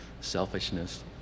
selfishness